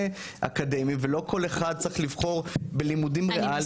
אקדמאיים ולא כל אחד צריך לבחור בלימודים ריאליים.